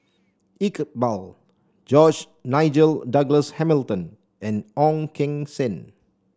Iqbal George Nigel Douglas Hamilton and Ong Keng Sen